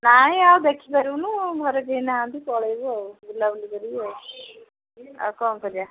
ନା ଆଉ ଦେଖିପାରିବୁନି ଘରେ କେହି ନାହାନ୍ତି ପଳେଇବୁ ଆଉ ବୁଲାବୁଲି କରିବୁ ଆଉ ଆଉ କ'ଣ କରିବା